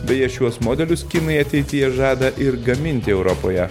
beje šiuos modelius kinai ateityje žada ir gaminti europoje